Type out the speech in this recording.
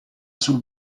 sul